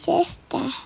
Sister